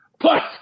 plus